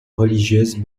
religieuses